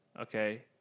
okay